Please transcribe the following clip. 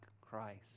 Christ